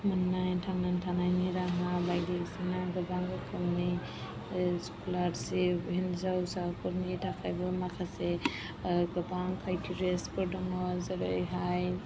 मोननाय थांनानै थानायनि राहा बायदिसिना गोबां रोखोमनि स्क'लारशिप हिनजावसाफोरनि थाखायबो माखासे गोबां क्राइटेरियासफोर दङ जेरैहाय